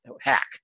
hack